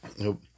Nope